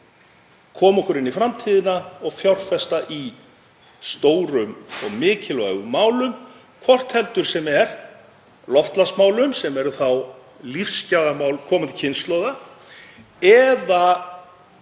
koma okkur inn í framtíðina og fjárfesta í stórum og mikilvægum málum, hvort heldur sem er loftslagsmálum, sem eru þá lífsgæðamál komandi kynslóða, eða